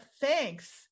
thanks